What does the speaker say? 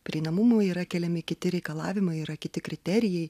prieinamumo yra keliami kiti reikalavimai yra kiti kriterijai